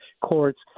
courts